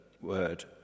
word